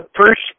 first